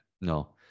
no